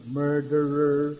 murderer